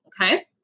Okay